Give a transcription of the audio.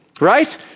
right